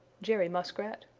jerry muskrat,